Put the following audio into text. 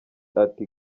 ati